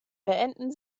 beenden